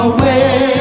Away